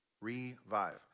Revive